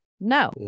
no